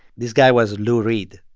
this guy was lou reed.